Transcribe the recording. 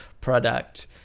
Product